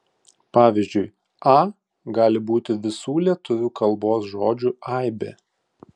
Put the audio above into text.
pavyzdžiui a gali būti visų lietuvių kalbos žodžių aibė